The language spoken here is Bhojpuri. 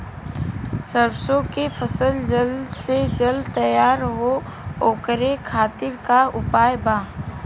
सरसो के फसल जल्द से जल्द तैयार हो ओकरे खातीर का उपाय बा?